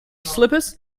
slippers